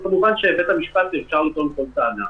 כמובן שבבית המשפט אפשר לטעון כל טענה.